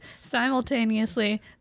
simultaneously